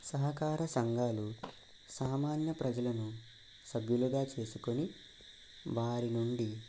సహకార సంఘాలు సామాన్య ప్రజలను సభ్యులుగా చేసుకుని వారినుండి